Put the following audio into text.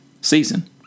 season